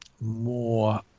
more